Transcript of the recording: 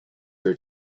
her